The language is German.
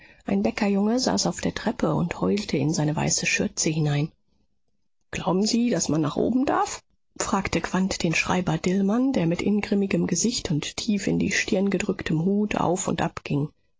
ein bäckerjunge saß auf der treppe und heulte in seine weiße schürze hinein glauben sie daß man nach oben darf fragte quandt den schreiber dillmann der mit ingrimmigem gesicht und tief in die stirn gedrücktem hut auf und ab ging